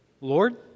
Lord